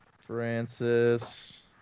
Francis